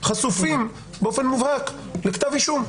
חשופים באופן מובהק לכתב אישום.